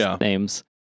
names